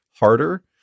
harder